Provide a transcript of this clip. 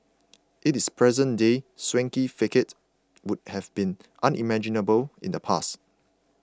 its present day swanky facade would have been unimaginable in the past